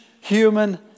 human